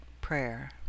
prayer